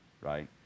right